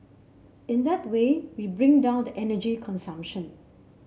in that way we bring down the energy consumption